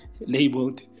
labeled